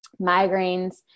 migraines